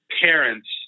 parents